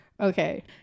Okay